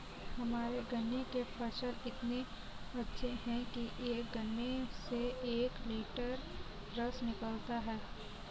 हमारे गन्ने के फसल इतने अच्छे हैं कि एक गन्ने से एक लिटर रस निकालता है